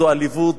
זו עליבות,